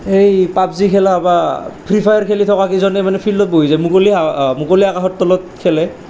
সেই পাবজি খেলা বা ফ্ৰী ফায়াৰ খেলি থকা কেইজনে মানে ফিল্ডত বহি যায় মুকলি হাৱা মুকলি আকাশৰ তলত খেলে